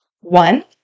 One